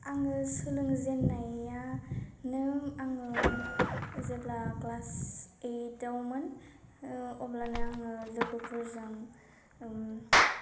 आङो सोलों जेन्नायानों आङो जेब्ला क्लास एइदावमोन ओह अब्लानो आङो लोगोफोरजों ओम